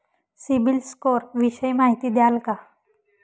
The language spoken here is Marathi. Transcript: सिबिल स्कोर विषयी माहिती द्याल का?